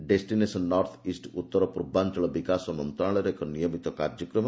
destination northeast ଉତ୍ତର ପୂର୍ବାଞ୍ଚଳ ବିକାଶ ମନ୍ତ୍ରଣାଳୟର ଏକ ନିୟମିତ କାର୍ଯ୍ୟକ୍ରମ